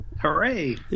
Hooray